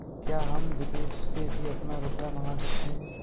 क्या हम विदेश से भी अपना रुपया मंगा सकते हैं?